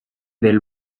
del